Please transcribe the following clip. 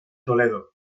toledo